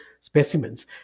specimens